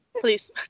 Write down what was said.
Please